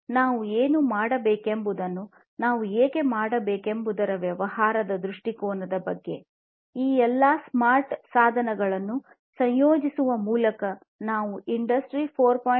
ನಾವು ಏನು ಮಾಡಬೇಕೆಂಬುದನ್ನು ನಾವು ಏಕೆ ಮಾಡಬೇಕೆಂಬುದರ ವ್ಯವಹಾರ ದೃಷ್ಟಿಕೋನದ ಬಗ್ಗೆ ಈ ಎಲ್ಲಾ ಸ್ಮಾರ್ಟ್ ಸಾಧನಗಳನ್ನು ಸಂಯೋಜಿಸುವ ಮೂಲಕ ನಾವು ಇಂಡಸ್ಟ್ರಿ 4